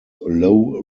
low